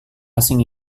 asing